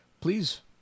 Please